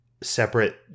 separate